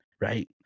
right